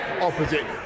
opposite